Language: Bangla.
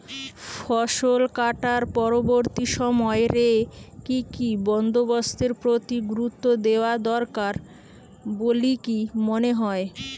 ফসলকাটার পরবর্তী সময় রে কি কি বন্দোবস্তের প্রতি গুরুত্ব দেওয়া দরকার বলিকি মনে হয়?